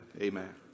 Amen